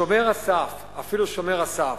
שומר הסף, אפילו שומר הסף,